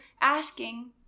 asking